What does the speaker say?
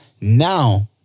Now